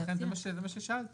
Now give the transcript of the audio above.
זה מה ששאלתי,